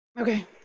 Okay